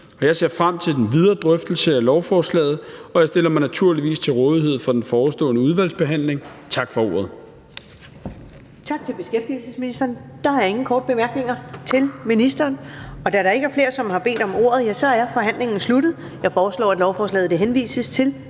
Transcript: jeg ser frem til den videre drøftelse af lovforslaget, og jeg stiller mig naturligvis til rådighed for den forestående udvalgsbehandling. Tak for ordet.